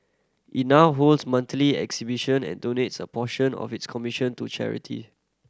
it now holds monthly exhibition and donates a portion of its commission to charity